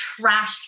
trashed